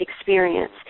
experience